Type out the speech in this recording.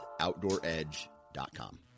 OutdoorEdge.com